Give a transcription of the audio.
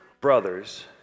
brothers